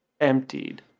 emptied